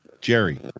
Jerry